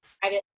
private